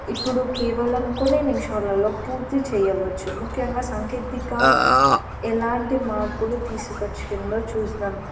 ఇప్పుడు కేవలం కొన్నీ నిమిషాలలో పూర్తి చేయవచ్చు ముఖ్యంగా సాంకేతిక ఎలాంటి మార్పులు తీసుకవచ్చిందో చూద్దాం